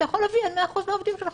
אתה יכול להביא 100% מהעובדים.